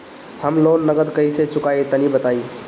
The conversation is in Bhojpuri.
हम लोन नगद कइसे चूकाई तनि बताईं?